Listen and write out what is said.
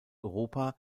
europa